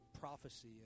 prophecy